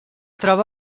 troba